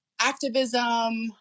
activism